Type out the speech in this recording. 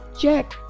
jack